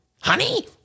Honey